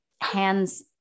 hands